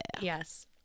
Yes